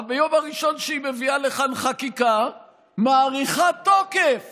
ביום הראשון שהיא מביאה לכאן חקיקה היא מאריכה תוקף